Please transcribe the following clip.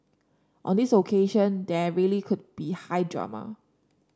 on this occasion there really could be high drama